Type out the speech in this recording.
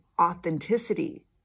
authenticity